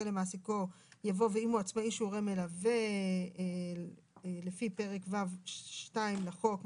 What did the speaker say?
אחרי "למעסיקו" יבוא "ואם הוא עצמאי שהוא הורה מלווה לפי פרק ו'2 לחוק,